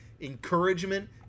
encouragement